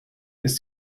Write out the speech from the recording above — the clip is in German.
ist